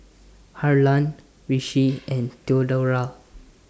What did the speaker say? Harlan Richie and Theodora